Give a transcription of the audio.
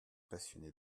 passionné